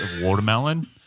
watermelon